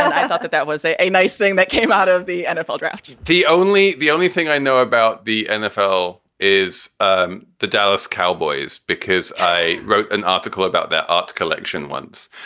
i thought that that was a a nice thing that came out of the nfl draft the only the only thing i know about the nfl is ah the dallas cowboys, because i wrote an article about their art collection once,